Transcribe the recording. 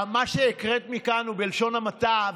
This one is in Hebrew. מה שהקראת מכאן הוא בלשון המעטה,